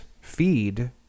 feed